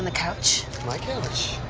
and couch? my couch?